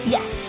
Yes